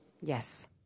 Yes